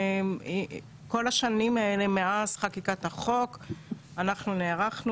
כל השנים האלה מאז חקיקת החוק אנחנו נערכנו